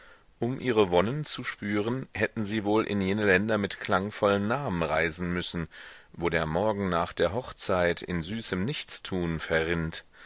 um ihre wonnen zu spüren hätten sie wohl in jene länder mit klangvollen namen reisen müssen wo der morgen nach der hochzeit in süßem nichtstun verrinnt